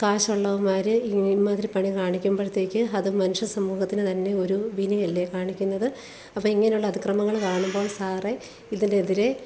കാശുള്ളവന്മാർ ഇമ്മാതിരി പണി കാണിക്കുമ്പോഴത്തേക്ക് അത് മനുഷ്യ സമൂഹത്തിന് തന്നെ ഒരു വിനയല്ലേ കാണിക്കുന്നത് അപ്പോൾ ഇങ്ങനെയുള്ള അതിക്രമങ്ങൾ കാണുമ്പോൾ സാറെ ഇതിനെതിരെ